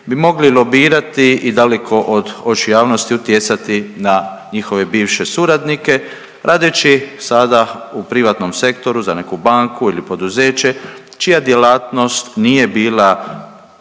bi mogli lobirati i daleko od očiju javnosti utjecati na njihove bivše suradnike radeći sada u privatnom sektoru za neku banku ili poduzeće čija djelatnost nije bila